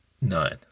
nine